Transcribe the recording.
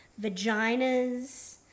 vaginas